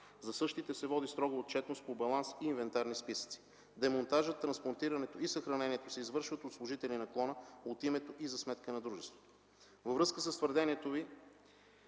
За същите се води строга отчетност по баланс и инвентарен списък. Демонтажът, транспортирането и съхранението се извършват от служители на клона, от името и за сметка на дружеството. Във връзка с твърдението Ви